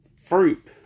fruit